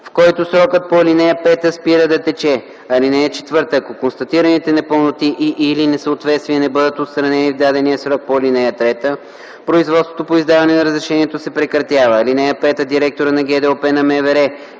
в който срокът по ал. 5 спира да тече. (4) Ако констатираните непълноти и/или несъответствия не бъдат отстранени в дадения срок по ал. 3, производството по издаване на разрешението се прекратява. (5) Директорът на ГДОП на МВР